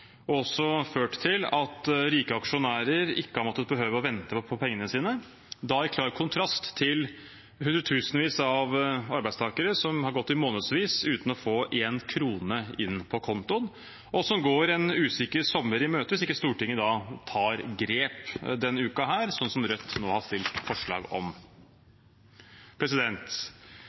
ført til at rike aksjonærer ikke har behøvd å vente på pengene sine – i klar kontrast til hundretusenvis av arbeidstakere som har gått månedsvis uten å få én krone inn på kontoen, og som går en usikker sommer i møte, hvis ikke Stortinget tar grep denne uken, slik som Rødt nå har fremmet forslag om.